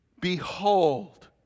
Behold